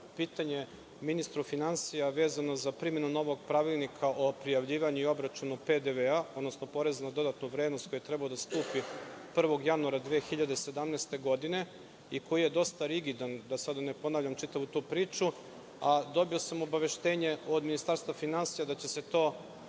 pitanje ministru finansija vezano za primenu novog Pravilnika o prijavljivanju i obračunu PDV, odnosno poreza na dodatu vrednost, koju je trebao da stupi na snagu 1. januara 2017. godine i koji je dosta rigidan, da sada ne ponavljam čitavu tu priču, a dobio sam obaveštenje od Ministarstva finansija da će se to